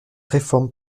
réforme